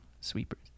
Sweepers